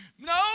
No